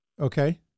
Okay